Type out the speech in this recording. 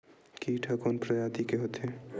कीट ह कोन प्रजाति के होथे?